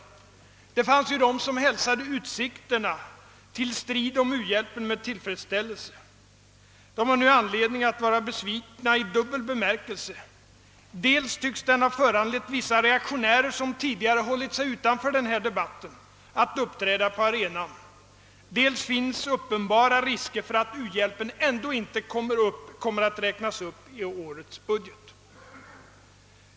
Det fanns de som hälsade utsikterna till strid om u-hjälpen med tillfredsställelse. De har nu anledning att vara besvikna i dubbel bemärkelse. Dels tycks denna strid ha föranlett vissa reaktionärer, som tidigare hållit sig utanför denna debatt, att uppträda på arenan, dels finns uppenbara risker för att uhjälpen ändå inte kommer att räknas upp i årets budget.